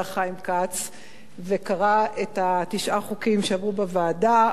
חיים כץ וקרא את תשעת החוקים שעברו בוועדה,